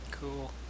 Cool